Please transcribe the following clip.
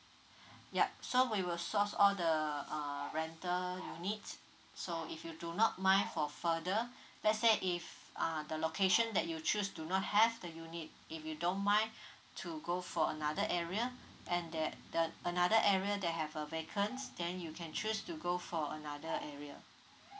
yup so we will source all the uh rental units so if you do not mine for further let's say if uh the location that you choose do not have the unit if you don't mind to go for another area and there that the another area that have a vacant then you can choose to go for another area